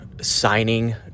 signing